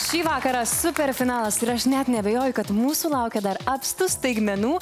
šį vakarą superfinalas ir aš net neabejoju kad mūsų laukia dar apstu staigmenų